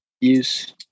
use